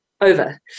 over